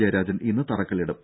ജയരാജൻ ഇന്ന് തറക്കല്ലിടും